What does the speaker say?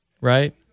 right